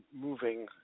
moving